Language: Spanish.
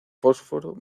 fósforo